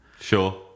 Sure